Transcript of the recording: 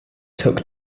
took